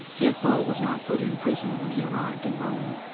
yet paul was not put in prison when he arrived in rome.